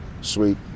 Sweet